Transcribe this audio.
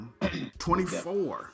24